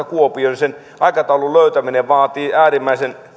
kuopioon niin sen aikataulun löytäminen vaatii äärimmäisen